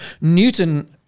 Newton